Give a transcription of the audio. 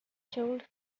chilled